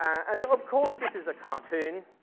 and of course this is a cartoon,